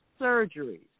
surgeries